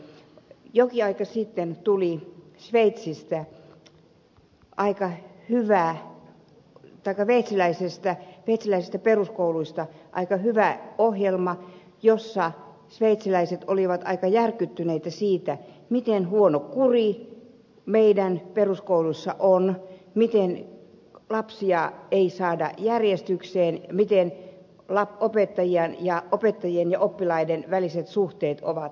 jokin aika sitten tuli aika hyvä ohjelma sveitsiläisistä peruskouluista ja siinä sveitsiläiset olivat aika järkyttyneitä siitä miten huono kuri meidän peruskouluissamme on miten lapsia ei saada järjestykseen miten opettajien ja oppilaiden suhteet ovat aivan pielessä